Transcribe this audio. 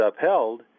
upheld